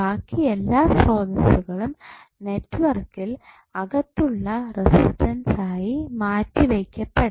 ബാക്കി എല്ലാ സ്രോതസ്സുകളും നെറ്റ്വർക്കിൽ അകത്തുള്ള റസിസ്റ്റൻസ് ആയി മാറ്റി വെയ്ക്കപ്പെടാം